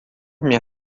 minha